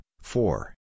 four